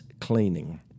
cleaning